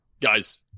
guys